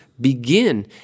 begin